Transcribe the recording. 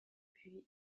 puis